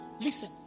Listen